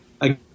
again